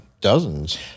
dozens